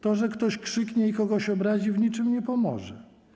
To, że ktoś krzyknie i kogoś obrazi, w niczym nie pomoże.